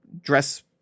dress